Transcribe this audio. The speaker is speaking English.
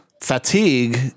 fatigue